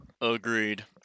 Agreed